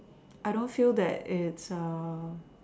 I don't feel that it's a